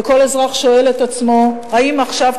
וכל אזרח שואל את עצמו: האם עכשיו,